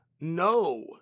no